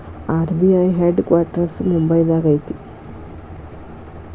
RBI headquarters ಮುಂಬೈದಾಗ ಐತಿ